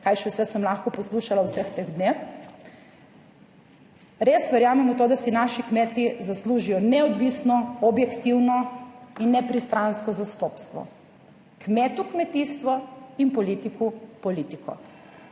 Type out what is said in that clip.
kaj še vse sem lahko poslušala v vseh teh dneh. Res verjamem v to, da si naši kmetje zaslužijo neodvisno, objektivno in nepristransko zastopstvo. Kmetu kmetijstvo in politiku politiko.